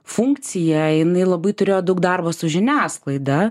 funkcija jinai labai turėjo daug darbo su žiniasklaida